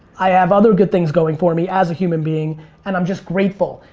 i have other good things going for me as a human being and i'm just grateful.